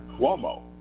Cuomo